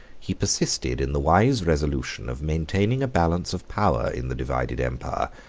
he persisted in the wise resolution of maintaining a balance of power in the divided empire,